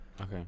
Okay